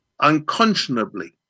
unconscionably